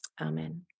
Amen